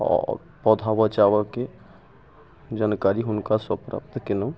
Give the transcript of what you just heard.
आओर पौधा बचाबऽके जानकारी हुनकासँ प्राप्त कयलहुँ